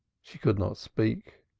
she could not speak.